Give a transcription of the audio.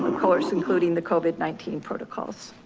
course, including the covid nineteen protocols.